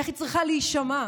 איך היא צריכה להישמע,